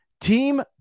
Team